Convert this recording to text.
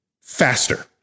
faster